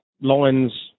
lines